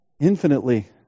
infinitely